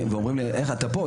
ואומרים לי: איך אתה פה?